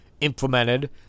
implemented